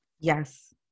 Yes